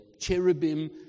cherubim